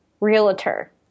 realtor